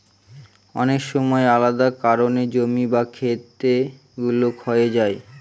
অনেক সময় আলাদা কারনে জমি বা খেত গুলো ক্ষয়ে যায়